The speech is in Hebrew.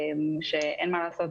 אין מה לעשות,